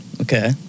Okay